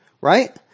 right